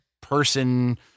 person